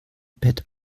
bett